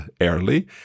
early